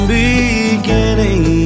beginning